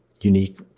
unique